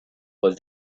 was